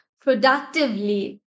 productively